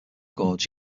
gorge